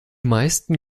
meisten